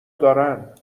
دارن